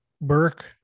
burke